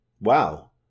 wow